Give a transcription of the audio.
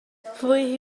pwy